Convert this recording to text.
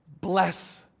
bless